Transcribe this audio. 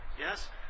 Yes